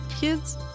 kids